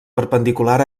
perpendicular